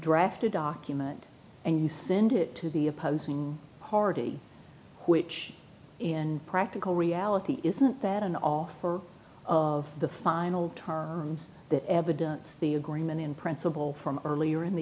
draft a document and you send it to the opposing party which in practical reality isn't that an offer of the final terms the evidence the agreement in principle from earlier in the